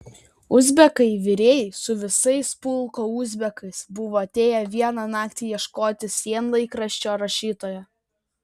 uzbekai virėjai su visais pulko uzbekais buvo atėję vieną naktį ieškoti sienlaikraščio rašytojo